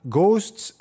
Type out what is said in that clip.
ghosts